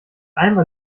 einmal